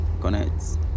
connects